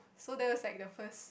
so that was like the first